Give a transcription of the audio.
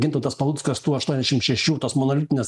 gintautas paluckas tų aštuondešim šešių tos monolitinės